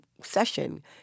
session